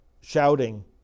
shouting